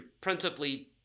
principally